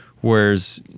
whereas